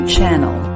Channel